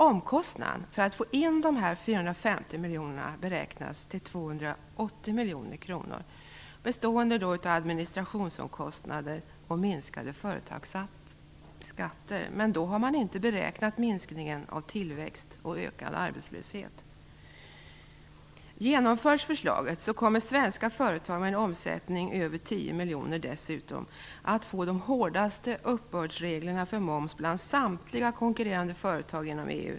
Omkostnaden för att få in dessa 450 miljoner kronor beräknas till 280 miljoner kronor i administrationsomkostnader och minskade företagsskatter. Men då har man inte beräknat minskningen av tillväxt och ökad arbetslöshet. Om förslaget genomförs kommer svenska företag med en omsättning över 10 miljoner kronor dessutom att få de hårdaste uppbördsreglerna för moms bland samtliga konkurrerande företag inom EU.